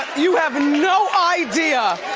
you have no idea,